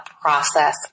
process